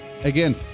Again